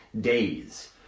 days